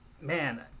man